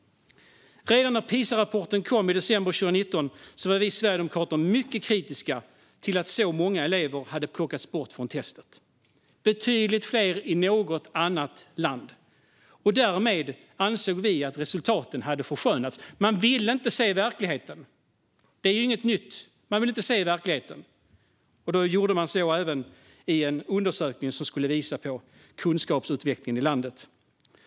Redan när PISA-rapporten kom i december 2019 var vi sverigedemokrater mycket kritiska till att så många elever hade plockats bort från testet - betydligt fler än i något annat land. Därmed ansåg vi att resultaten hade förskönats. Man ville inte se verkligheten. Det är ju inget nytt. Man vill inte se verkligheten, och då gjorde man så även i en undersökning som skulle visa på kunskapsutvecklingen i landet.